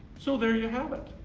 so, there you have it.